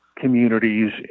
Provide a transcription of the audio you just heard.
communities